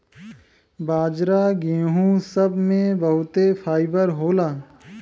बाजरा गेहूं सब मे बहुते फाइबर होला